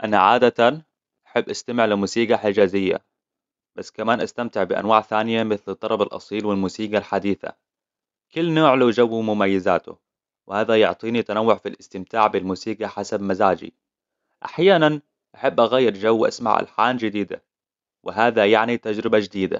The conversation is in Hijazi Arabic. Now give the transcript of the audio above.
أنا عادةً أحب أستمع لموسيقى حجازية بس كمان أستمتع بأنواع ثانية مثل الطرب الأصيل والموسيقى الحديثة كل نوع له جوه ومميزاته وهذا يعطيني تنوع فالاستمتاع بالموسيقى حسب مزاجي أحياناً أحب أغير جوه وأسمع ألحان جديدة وهذا يعني تجربة جديدة